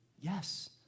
yes